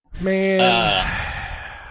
Man